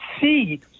see –